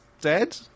dead